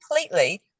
completely